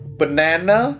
banana